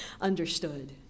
understood